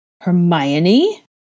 Hermione